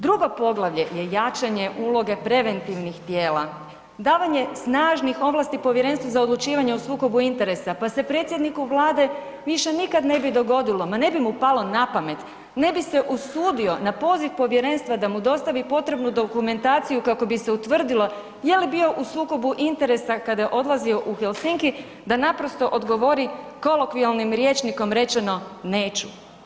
Drugo poglavlje je jačanje uloge preventivnih tijela, davanje snažnih ovlasti Povjerenstvu za odlučivanje o sukobu interesa pa se predsjedniku Vlade više nikad ne bi dogodilo, ma ne bi mu palo na pamet, ne bi se usudio na poziv Povjerenstva da mu dostavi potrebnu dokumentaciju kako bi se utvrdilo jeli bio u sukobu interesa kada je odlazio u Helsinki da naprosto odgovori kolokvijalnim rječnikom rečeno neću.